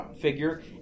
figure